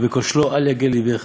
ובכשלו אל יגל לבך,